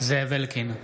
זאב אלקין,